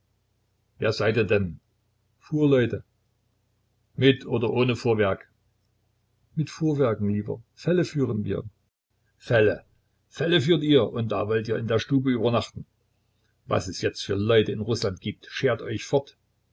wer seid ihr denn fuhrleute mit oder ohne fuhrwerk mit fuhrwerken lieber felle führen wir felle felle führt ihr und da wollt ihr in der stube übernachten was es jetzt für leute in rußland gibt schert euch fort